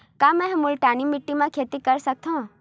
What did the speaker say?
का मै ह मुल्तानी माटी म खेती कर सकथव?